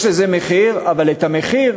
יש לזה מחיר, ואת המחיר